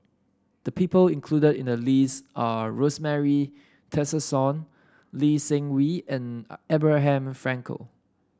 the people included in the list are Rosemary Tessensohn Lee Seng Wee and Abraham Frankel